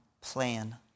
plan